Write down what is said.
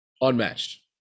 unmatched